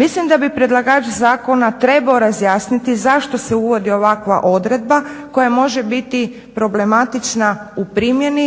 Mislim da bi predlagač zakona trebao razjasniti zašto se uvodi ovakva odredba koja može biti problematična u primjeni